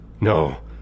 No